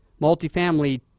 multifamily